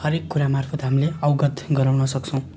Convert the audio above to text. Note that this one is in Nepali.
हरेक कुरा मार्फत हामीले अवगत गराउन सक्छौँ